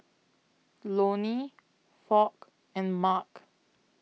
Lonny Foch and Mark